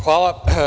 Hvala.